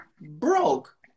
broke